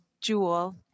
jewel